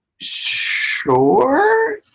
Sure